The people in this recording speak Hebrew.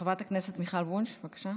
חברת הכנסת מיכל וונש, בבקשה.